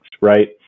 right